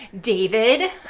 david